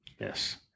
Yes